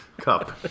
cup